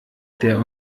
der